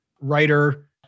writer